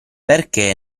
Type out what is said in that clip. perché